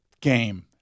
game